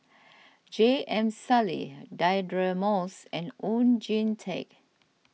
J M Sali Deirdre Moss and Oon Jin Teik